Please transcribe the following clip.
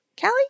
Callie